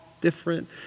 different